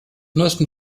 neuesten